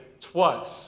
twice